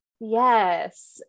Yes